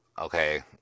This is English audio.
Okay